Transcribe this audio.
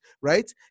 right